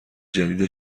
جدید